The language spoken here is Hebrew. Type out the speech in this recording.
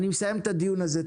אני מסיים את הדיון הזה.